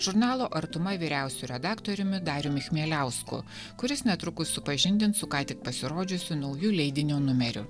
žurnalo artuma vyriausiu redaktoriumi dariumi chmieliausku kuris netrukus supažindins su ką tik pasirodžiusiu nauju leidinio numeriu